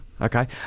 okay